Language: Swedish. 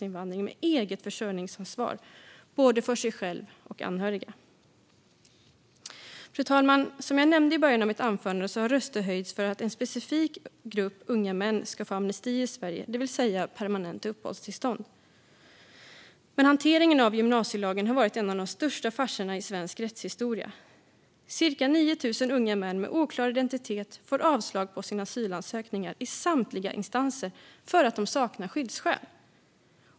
Dessa invandrare ska ha försörjningsansvar för både sig själva och anhöriga. Fru talman! Som jag nämnde i början av mitt anförande har röster höjts för att en specifik grupp unga män ska få amnesti i Sverige, det vill säga permanent uppehållstillstånd. Men hanteringen av gymnasielagen har varit en av de största farserna i svensk rättshistoria. Cirka 9 000 unga män med oklar identitet har fått avslag på sina asylansökningar i samtliga instanser för att de saknar skyddsskäl.